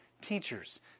teachers